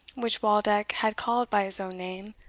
which waldeck had called by his own name,